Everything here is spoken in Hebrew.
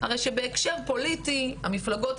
אני מאוד מאוד מברכת אותך על כך.